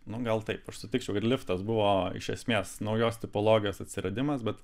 nu gal taip aš sutikčiau kad liftas buvo iš esmės naujos tipologijos atsiradimas bet